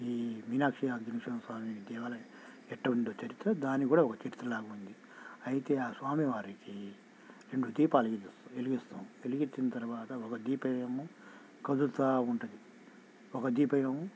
ఈ మీనాక్షి ఆగ్నేశ్వర స్వామి దేవాలయం ఎట్లా ఉందో చరిత్ర దాన్నిక్కూడా ఒక చరిత్ర లాగుంది అయితే ఆ స్వామి వారికి రెండు దీపాలు వెలిగిస్తాం వెలిగించిన తర్వాత ఒక దీపమేమో కదులుతూ ఉంటుంది ఒక దీపం ఏమో